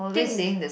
thing is